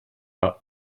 are